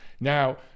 Now